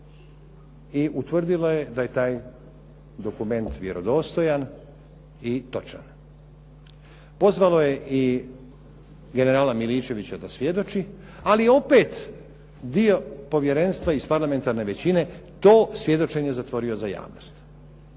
i utvrdilo je da je taj dokument vjerodostojan i točan. Pozvalo je i generala Miličevića da svjedoči, ali opet dio povjerenstva iz parlamentarne većine to svjedočenje je zatvorio za javnost